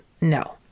No